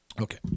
Okay